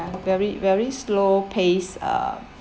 very very slow pace uh